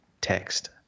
text